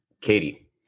Katie